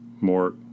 more